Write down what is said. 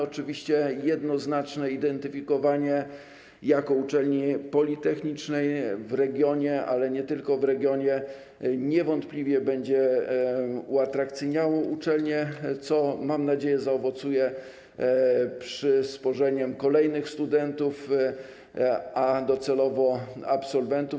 Oczywiście jednoznaczne identyfikowanie jako uczelni politechnicznej w regionie, ale nie tylko w regionie, niewątpliwie będzie uatrakcyjniało uczelnię, co, mam nadzieję, zaowocuje przysporzeniem kolejnych studentów, a docelowo absolwentów.